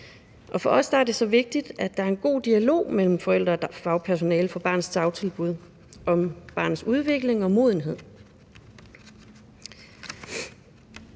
for os er det vigtigt, at der er en god dialog mellem forældre og fagpersonale fra barnets dagtilbud om barnets udvikling og modenhed,